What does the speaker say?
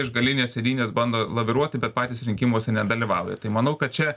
iš galinės sėdynės bando laviruoti bet patys rinkimuose nedalyvauja tai manau kad čia